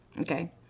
Okay